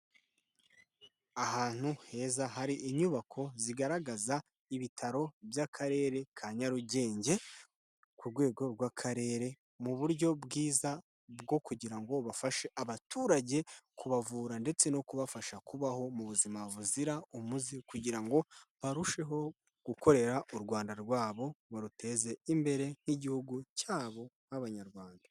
Ahantu heza hari inyubako zigaragaza ibitaro by'akarere ka Nyarugenge, ku rwego rw'akarere mu buryo bwiza, bwo kugira ngo bafashe abaturage kubavura ndetse no kubafasha kubaho mu buzima buzira umuze kugira ngo barusheho gukorera u Rwanda rwabo, baruteze imbere nk'igihugu cyabo nk'abanyarwanda.